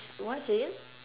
what say again